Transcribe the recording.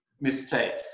mistakes